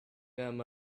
them